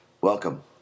Welcome